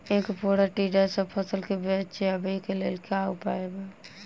ऐंख फोड़ा टिड्डा सँ फसल केँ बचेबाक लेल केँ उपाय?